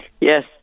Yes